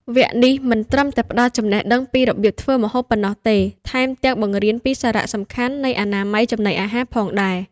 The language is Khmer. វគ្គនេះមិនត្រឹមតែផ្ដល់ចំណេះដឹងពីរបៀបធ្វើម្ហូបប៉ុណ្ណោះទេ ថែមទាំងបង្រៀនពីសារៈសំខាន់នៃអនាម័យចំណីអាហារផងដែរ។